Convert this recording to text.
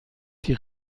die